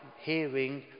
hearing